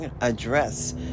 address